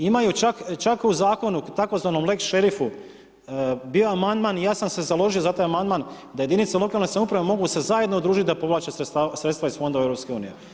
Imaju čak, čak u zakonu tzv. leks šerifu bio amandman i ja sam se založio za taj amandman da jedinice lokalne samouprave mogu se zajedno družit da povlače sredstva iz fondova EU.